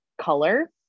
color